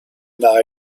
nile